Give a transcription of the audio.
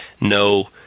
no